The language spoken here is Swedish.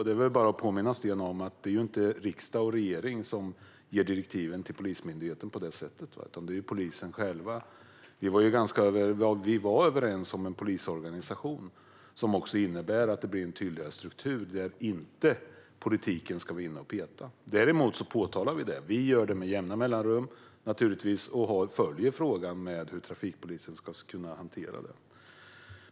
Det är bara att påminna Sten om att det inte är riksdag och regering som ger direktiven till Polismyndigheten på det sättet, utan det är polisen själv. Vi var överens om en polisorganisation. Den innebär att det blir en tydligare struktur där politiken inte ska vara inne och peta. Däremot påtalar vi med jämna mellanrum och följer frågan hur trafikpolisen ska kunna hantera det.